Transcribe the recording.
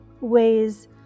ways